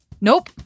Nope